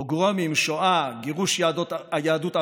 פוגרומים, שואה, גירוש יהדות ערב,